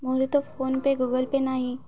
ମୋର ତ PhonePe Google Pay ନାହିଁ